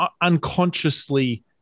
unconsciously